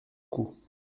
coût